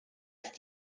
ist